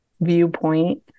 viewpoint